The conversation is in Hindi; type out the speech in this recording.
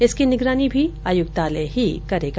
इसकी निगरानी भी आयुक्तालय ही करेगा